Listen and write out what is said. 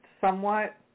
somewhat